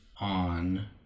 on